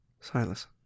Silas